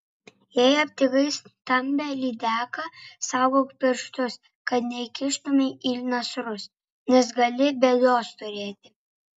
jei aptikai stambią lydeką saugok pirštus kad neįkištumei į nasrus nes gali bėdos turėti